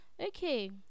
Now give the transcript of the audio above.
okay